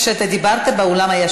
כשאתה דיברת באולם היה שקט.